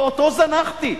ואותו זנחתי,